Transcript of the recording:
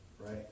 right